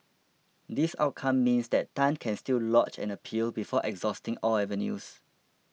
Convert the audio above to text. this outcome means that Tan can still lodge an appeal before exhausting all avenues